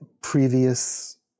previous